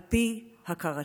על פי הכרתם,